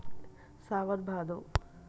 सावन भादो